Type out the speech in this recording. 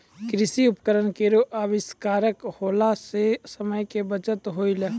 कृषि उपकरण केरो आविष्कार होला सें समय के बचत होलै